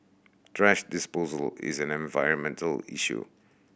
thrash disposal is an environmental issue